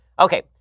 Okay